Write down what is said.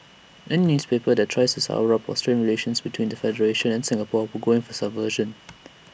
any newspaper that tries to sour up or strain relations between the federation and Singapore will go in for subversion